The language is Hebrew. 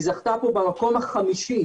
היא זכתה פה במקום החמישי.